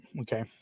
Okay